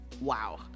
Wow